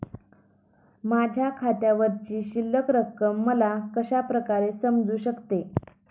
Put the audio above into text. माझ्या खात्यावरची शिल्लक रक्कम मला कशा प्रकारे समजू शकते?